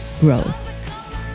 growth